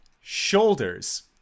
shoulders